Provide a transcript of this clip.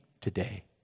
today